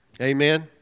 Amen